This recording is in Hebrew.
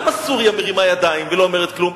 למה סוריה מרימה ידיים ולא אומרת כלום?